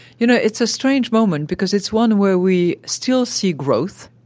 you know, it's a strange moment because it's one where we still see growth